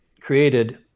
created